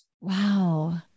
wow